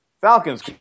Falcons